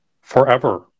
forever